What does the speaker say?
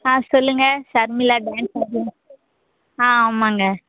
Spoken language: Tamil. ஆ சொல்லுங்கள் சர்மிளா டான்ஸ் ஆ ஆமாங்க